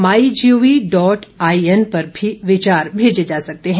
my G O V dot I N पर भी विचार भेजे जा सकते हैं